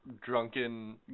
drunken